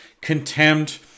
contempt